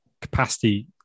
capacity